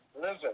Listen